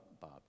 Bob